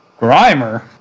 Grimer